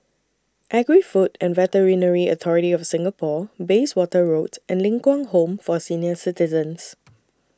Agri Food and Veterinary Authority of Singapore Bayswater Road and Ling Kwang Home For Senior Citizens